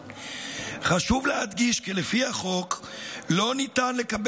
חשוב להדגיש כי לפי החוק לא ניתן לקבל